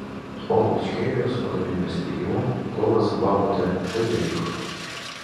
o ičkerijos vadovybės teigimu kovos bamute tebevyko